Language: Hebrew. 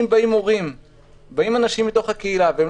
אם באים אנשים מתוך הקהילה,